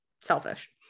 selfish